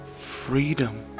freedom